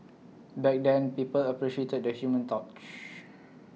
back then people appreciated the human touch